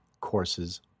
Courses